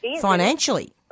financially